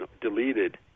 deleted